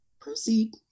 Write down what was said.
Proceed